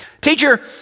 Teacher